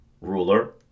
ruler